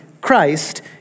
Christ